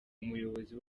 umuyobozi